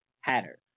Hatter